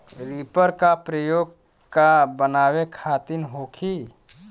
Reaper का प्रयोग का बनावे खातिन होखि?